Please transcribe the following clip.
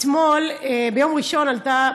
ביום ראשון עלתה,